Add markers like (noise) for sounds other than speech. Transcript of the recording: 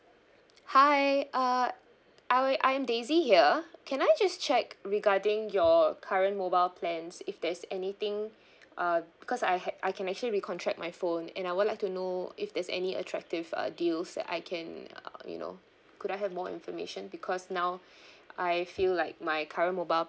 hi uh I wou~ I'm daisy here can I just check regarding your current mobile plans if there's anything (breath) uh because I had I can actually recontract my phone and I would like to know if there's any attractive uh deals that I can uh you know could I have more information because now (breath) I feel like my current mobile